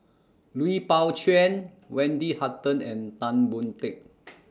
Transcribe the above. Lui Pao Chuen Wendy Hutton and Tan Boon Teik